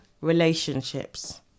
relationships